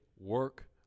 work